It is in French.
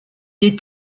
est